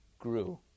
grew